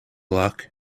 luck